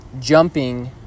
jumping